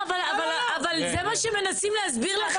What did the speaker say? לא, אבל זה מה שמנסים להסביר לכם.